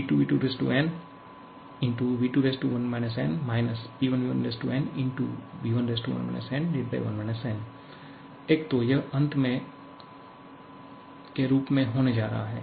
P2V2nV21 n P1 V1nV11 n1 n 1तो यह अंत में के रूप में होने जा रहा है